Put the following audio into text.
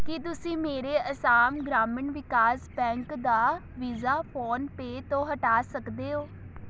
ਕੀ ਤੁਸੀਂਂ ਮੇਰੇ ਅਸਾਮ ਗ੍ਰਾਮੀਣ ਵਿਕਾਸ ਬੈਂਕ ਦਾ ਵੀਜ਼ਾ ਫੋਨਪੇ ਤੋਂ ਹਟਾ ਸਕਦੇ ਹੋ